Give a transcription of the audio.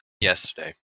yesterday